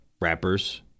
Rappers